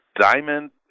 diamond